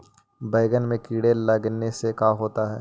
बैंगन में कीड़े लगने से का होता है?